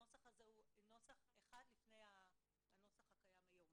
הנוסח הזה הוא נוסח אחד לפני הנוסח הקיים היום